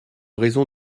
raison